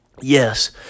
yes